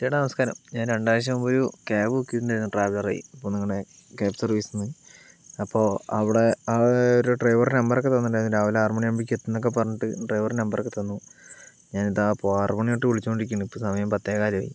ചേട്ടാ നമസ്കാരം ഞാൻ രണ്ടാഴ്ച മുൻപൊരു ക്യാബ് ബുക്ക് ചെയ്തിട്ടുണ്ടായിരുന്നു ട്രാവലറേ അപ്പോൾ നിങ്ങളുടെ ക്യാബ് സർവീസിൽ നിന്ന് അപ്പോൾ അവിടെ അവർ ഡ്രൈവറുടെ നമ്പറൊക്കെ തന്നിട്ടുണ്ടായിരുന്നു രാവിലെ ആറ് മണി ആകുമ്പോഴേക്കും എത്തും എന്നൊക്കെ പറഞ്ഞിട്ട് ഡ്രൈവറുടെ നമ്പറൊക്കെ തന്നു ഞാനിതാ ഇപ്പോൾ ആറ് മണി തൊട്ടു വിളിച്ചുകൊണ്ടിരിക്കുന്നു ഇപ്പം സമയം പത്തേ കാലുമായി